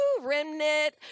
remnant